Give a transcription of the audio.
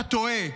אתה טועה.